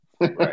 Right